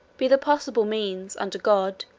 be the possible means, under god,